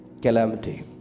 calamity